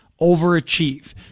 overachieve